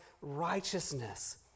righteousness